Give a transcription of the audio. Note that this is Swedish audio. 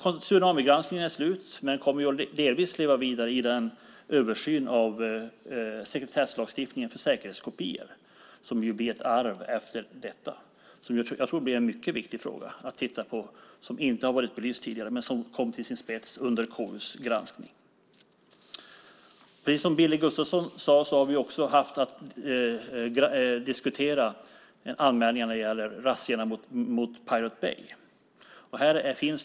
Tsunamigranskningen är slut men kommer att delvis leva vidare i den översyn av sekretesslagstiftningen om säkerhetskopior som blir ett arv efter detta. Det tror jag kommer att bli en mycket viktig fråga att titta på som tidigare inte har varit belyst men som kom till sin spets under KU:s granskning. Precis som Billy Gustafsson sade har vi också haft att diskutera anmälningarna när det gäller razziorna mot The Pirate Bay.